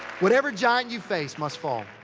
whatever giant you face, must fall.